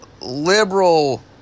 liberal